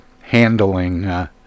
handling